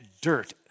dirt